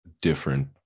different